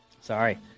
Sorry